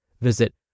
Visit